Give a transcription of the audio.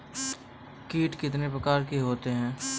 कीट कितने प्रकार के होते हैं?